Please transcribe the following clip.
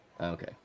Okay